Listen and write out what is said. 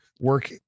work